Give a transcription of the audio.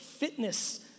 fitness